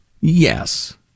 Yes